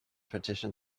petition